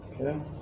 Okay